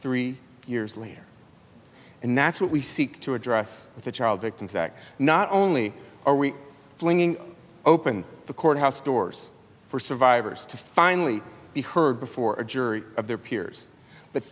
three years later and that's what we seek to address with the child victims act not only are we flinging open the courthouse doors for survivors to finally be heard before a jury of their peers but